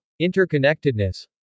interconnectedness